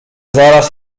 zaraz